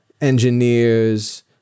engineers